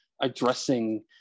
addressing